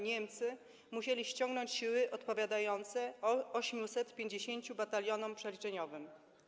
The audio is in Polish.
Niemcy musieli ściągnąć siły odpowiadające 850 batalionom przeliczeniowym.